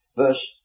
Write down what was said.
verse